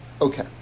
Okay